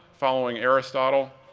following aristotle,